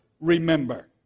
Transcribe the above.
remember